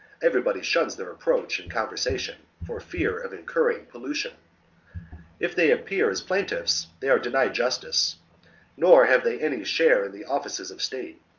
everybody shuns their approach and conversation, for fear of incurring pollution if they appear as plaintiffs, they are denied justice nor have they any share in the offices of state.